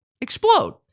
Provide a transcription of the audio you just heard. explode